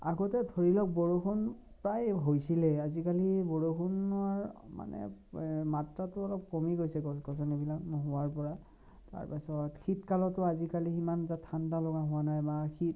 আগতে ধৰি লওক বৰষুণ প্ৰায় হৈছিলে আজিকালি বৰষুণৰ মানে মাত্ৰাটো অলপ কমি গৈছে গছ গছনি এইবিলাক নোহোৱাৰ পৰা তাৰপাছত শীতকালতো আজিকালি সিমান এটা ঠাণ্ডা লগা হোৱা নাই বা শীত